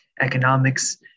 economics